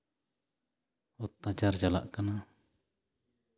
ᱚᱛᱛᱟᱪᱟᱨ ᱪᱟᱞᱟᱜ ᱠᱟᱱᱟ